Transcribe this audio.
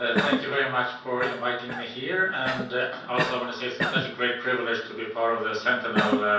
ah thank you very much for inviting me here i and also want to say so such a great privilege to be a part of the sentinel